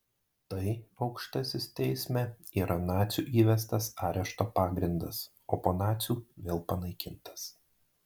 tai aukštasis teisme yra nacių įvestas arešto pagrindas o po nacių vėl panaikintas